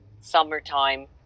summertime